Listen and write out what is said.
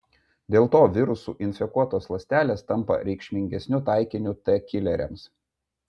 dėl to virusų infekuotos ląstelės tampa reikšmingesniu taikiniu t kileriams